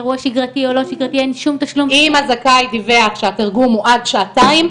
אם הזכאי דיווח שהתרגום הוא עד שעתיים,